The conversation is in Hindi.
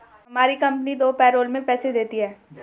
हमारी कंपनी दो पैरोल में पैसे देती है